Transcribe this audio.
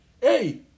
Hey